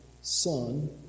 Son